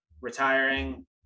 retiring